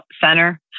center